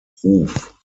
ruf